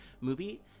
movie